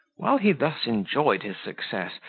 while he thus enjoyed his success,